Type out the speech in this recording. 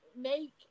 make